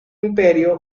imperio